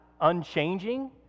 unchanging